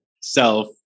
self